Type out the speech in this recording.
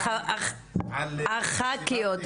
הח"כיות,